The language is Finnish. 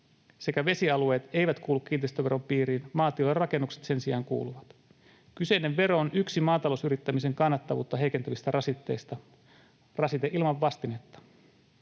sekä vesialueet eivät kuulu kiinteistöveron piiriin, maatilan rakennukset sen sijaan kuuluvat. Kyseinen vero on yksi maatalousyrittämisen kannattavuutta heikentävistä rasitteista — rasite ilman vastinetta.